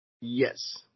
Yes